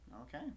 Okay